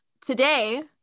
today